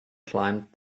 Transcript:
climbed